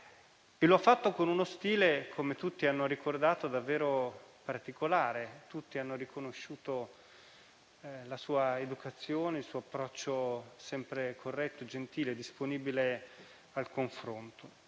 lo ha fatto con uno stile, come tutti hanno ricordato, davvero particolare. Tutti hanno riconosciuto la sua educazione e il suo approccio sempre corretto, gentile e disponibile al confronto.